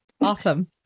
Awesome